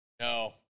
No